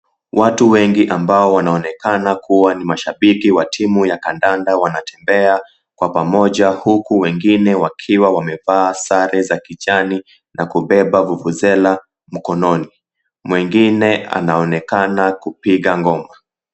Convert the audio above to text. Watu wengi ambao wanaonekana kuwa ni mashabiki wa timu ya kandanda wanatembea kwa pamoja huku wengine wakiwa wamevaa sare za kijani na kubeba vuvuzela mkononi. Mwengine anaonekana kupiga ngoma.